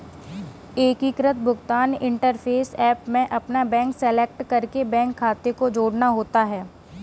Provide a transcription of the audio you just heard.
एकीकृत भुगतान interface app में अपना बैंक सेलेक्ट करके बैंक खाते को जोड़ना होता है